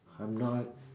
I'm not